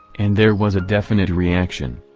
and there was a definite reaction.